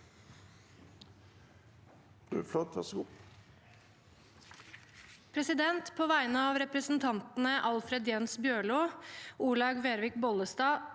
På vegne av repre- sentantene Alfred Jens Bjørlo, Olaug Vervik Bollestad,